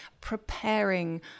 preparing